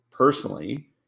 personally